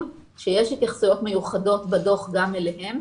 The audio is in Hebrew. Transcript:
שיש התייחסויות מיוחדות בדו"ח גם אליהם,